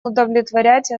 удовлетворять